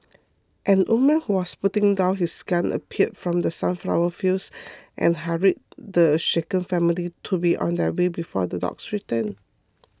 an old man who was putting down his gun appeared from the sunflower fields and hurried the shaken family to be on their way before the dogs return